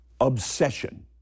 obsession